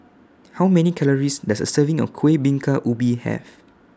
How Many Calories Does A Serving of Kuih Bingka Ubi Have